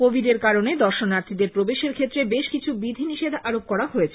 কোভিডের কারণে দর্শনার্থীদের প্রবেশের ক্ষেত্রে বেশ কিছু বিধি নিষেধ আরোপ করা হয়েছে